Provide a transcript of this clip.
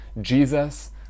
Jesus